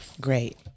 Great